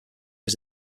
was